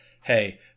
hey